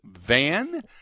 Van